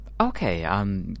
Okay